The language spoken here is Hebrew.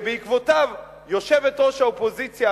שבעקבותיו יושבת-ראש האופוזיציה,